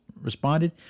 responded